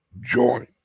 join